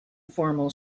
formal